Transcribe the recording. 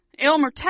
Elmer